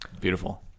beautiful